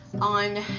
on